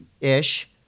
Ish